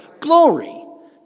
glory